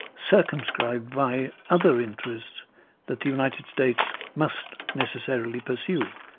circumscribed by, other interests that the united states must necessarily pursue,